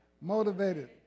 motivated